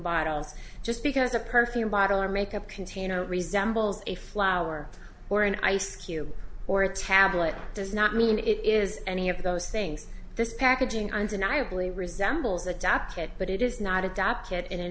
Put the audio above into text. bottles just because a perfect bottle or makeup container resembles a flower or an ice cube or a tablet does not mean it is any of those things this packaging undeniably resembles adapted but it is not adapted and it